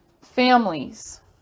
families